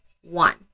one